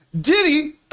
Diddy